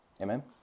Amen